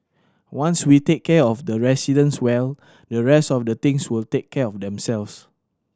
once we take care of the residents well the rest of the things will take care of themselves